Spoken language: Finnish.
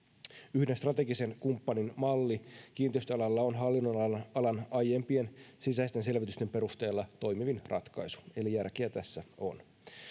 yhden strategisen kumppanin malli kiinteistöalalla on hallinnonalan aiempien sisäisten selvitysten perusteella toimivin ratkaisu eli järkeä tässä on